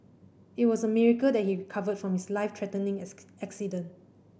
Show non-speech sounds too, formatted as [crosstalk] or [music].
it was a miracle that he recovered from his life threatening [unintelligible] accident